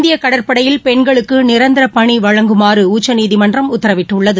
இந்திய கடற்படையில் பெண்களுக்கு நிரந்தர பணி வழங்குமாறு உச்சநீதிமன்றம் உத்தரவிட்டுள்ளது